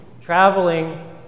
Traveling